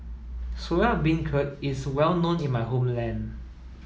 Soya Beancurd is well known in my homeland